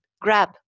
grab